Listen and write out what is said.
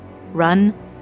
run